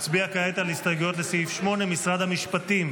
נצביע כעת על הסתייגויות לסעיף 08, משרד המשפטים,